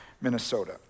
Minnesota